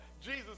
Jesus